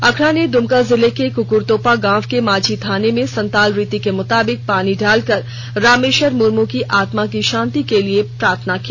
आखड़ा ने दुमका जिले के क्क्रतोपा गांव के मांझी थान में संताल रीति के मुताबिक पानी डालकर रामेश्वर मुर्मू की आत्मा की शांति के लिए प्रार्थना की